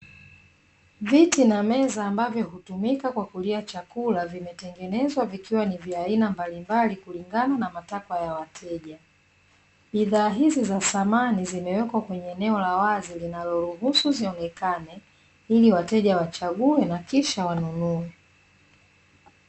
Viti na meza ambavyo hutumika kwa kulia chakula vimetengenezwa, vikiwa ni vya aina mbalimbali kulingana na matakwa ya wateja. Bidhaa hizo za samani zimewekwa kwenye eneo lawazi, linaloruhusu zionekane, ili wateja wachague na kisha wanunue.